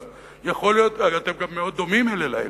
אתם גם מאוד דומים אלה לאלה.